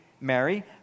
Mary